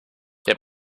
herr